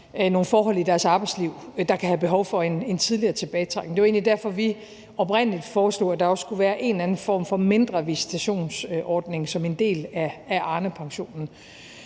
nogle forhold i deres arbejdsliv kan have behov for en tidligere tilbagetrækning. Det var jo egentlig derfor, at vi oprindelig foreslog, at der også skulle være en eller anden form for mindre visitationsordning som en del af Arnepensionen.